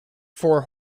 for